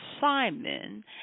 Simon